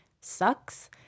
sucks